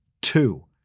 two